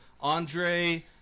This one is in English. Andre